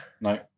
No